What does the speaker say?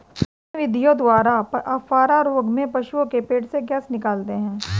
किन विधियों द्वारा अफारा रोग में पशुओं के पेट से गैस निकालते हैं?